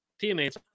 teammates